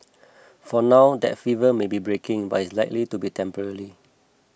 for now that fever may be breaking but it is likely to be temporary